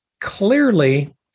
clearly